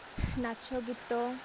ନାଚ ଗୀତ